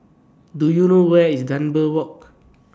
Do YOU know Where IS Dunbar Walk